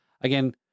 again